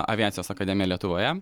aviacijos akademiją lietuvoje